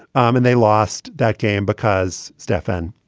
um and they lost that game because, stefan,